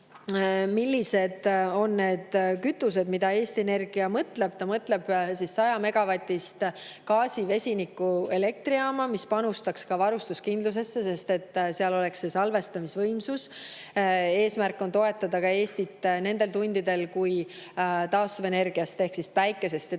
millised on need kütused, mida Eesti Energia silmas peab, siis ta mõtleb 100-megavatist gaasi-vesinikuelektrijaama, mis panustaks ka varustuskindlusesse, sest seal oleks salvestamisvõimsus. Eesmärk on toetada Eestit nendel tundidel, kui taastuvenergiast ehk päikesest ja tuulest